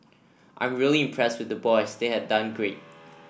I'm really impressed with the boys they have done great